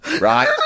right